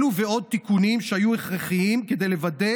אלו ועוד הם תיקונים שהיו הכרחיים כדי לוודא